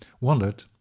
wondered